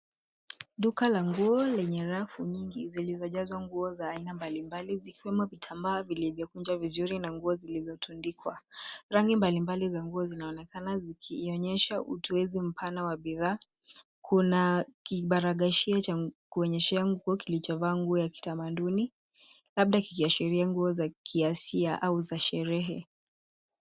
Duka la nguo lenye rafu nyingi zilizo jazwa nguo za aina mbalimbali zikiwemo vitamba vilivyo kunjwa vizuri na nguo zilizotundikwa. Rangi mbalimbali za nguo zinaonakana ziki ionyesha utuezi mpana wa bidhaa, kuna kibaragashie cha kuonyeshea nguo kilichovaa nguo ya kitamanduni, labda kikiashiria nguo za kiasia au za sherehe.